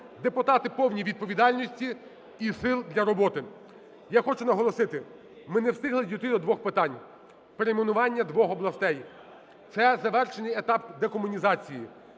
депутати повні відповідальності і сил для роботи. Я хочу наголосити, ми не встигли дійти до двох питань, перейменування двох областей, це завершальний етап декомунізації.